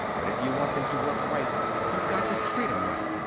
but if you want them to work right you got to treat em right!